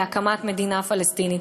להקמת מדינה פלסטינית.